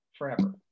forever